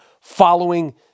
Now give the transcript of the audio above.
following